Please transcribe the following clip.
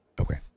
Okay